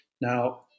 Now